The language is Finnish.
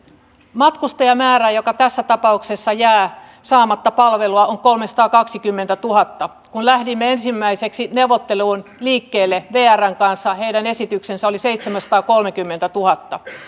matkustajamäärä joka tässä tapauksessa jää saamatta palvelua on kolmesataakaksikymmentätuhatta kun lähdimme ensimmäiseksi neuvotteluun liikkeelle vrn kanssa heidän esityksensä oli seitsemänsataakolmekymmentätuhatta